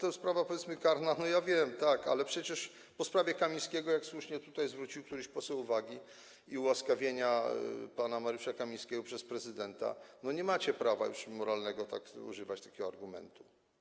Jest sprawa, powiedzmy, karna, ja wiem, tak, ale przecież po sprawie Kamińskiego, jak słusznie tutaj zwrócił któryś poseł uwagę, ułaskawienia pana Mariusza Kamińskiego przez prezydenta, nie macie już moralnego prawa używać takiego argumentu.